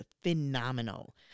phenomenal